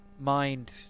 mind